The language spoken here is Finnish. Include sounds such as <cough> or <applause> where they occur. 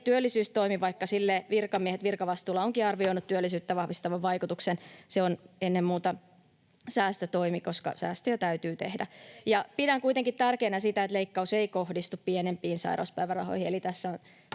työllisyystoimi, vaikka sille virkamiehet virkavastuulla <noise> ovatkin arvioineet työllisyyttä vahvistavan vaikutuksen. Se on ennen muuta säästötoimi, koska säästöjä täytyy tehdä. Pidän kuitenkin tärkeänä sitä, että leikkaus ei kohdistu pienimpiin sairauspäivärahoihin,